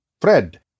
Fred